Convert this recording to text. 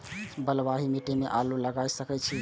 बलवाही मिट्टी में आलू लागय सके छीये?